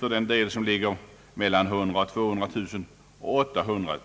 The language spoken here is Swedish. För den del av taxeringsvärdet som ligger mellan 100 000 och 200 000 kronor